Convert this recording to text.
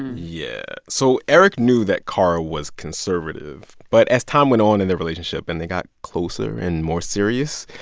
yeah. so eric knew that kara was conservative. but as time went on in their relationship and they got closer and more serious,